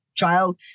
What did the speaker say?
child